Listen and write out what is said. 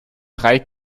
drei